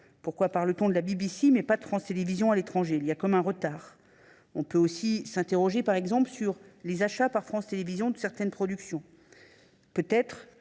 Pourquoi parle t on de la BBC, mais pas de France Télévisions à l’étranger ? Il y a comme un retard. On peut aussi s’interroger sur les achats par France Télévisions de certaines productions. Peut être